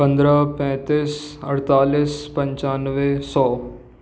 पंद्रह पैंतीस अड़तालीस पंचानवे सौ